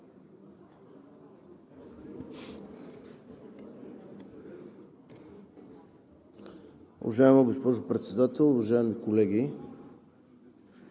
Уважаема госпожо Председател, уважаеми колеги!